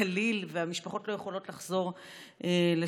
כליל והמשפחות לא יכולות לחזור לשם.